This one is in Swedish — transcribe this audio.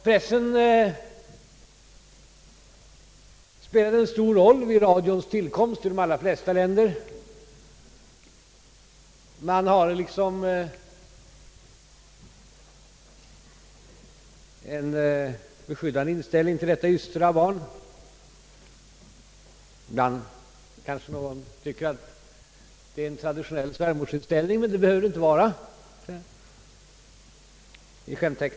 Pressen har ju spelat en stor roll vid radions tillkomst i de allra flesta länder. Man har liksom haft en beskyddande inställning till detta ystra barn — någon tycker kanske att det här gällt en traditionell svärmorsinställning, men det behöver inte vara på det sättet.